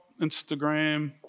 Instagram